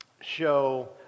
show